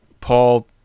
Paul